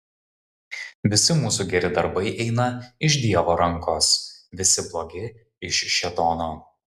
visi mūsų geri darbai eina iš dievo rankos visi blogi iš šėtono